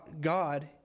God